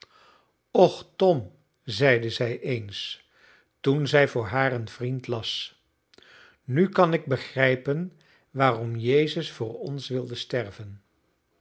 och tom zeide zij eens toen zij voor haren vriend las nu kan ik begrijpen waarom jezus voor ons wilde sterven